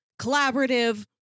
collaborative